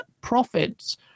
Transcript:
profits